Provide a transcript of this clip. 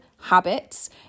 habits